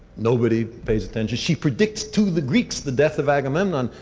nobody pays attention. she predicts to the greeks the death of agamemnon.